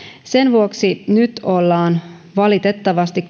sen vuoksi nyt ollaan kunnissa valitettavasti